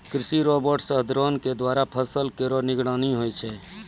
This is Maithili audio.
कृषि रोबोट सह द्रोण क द्वारा फसल केरो निगरानी होय छै